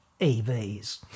EVs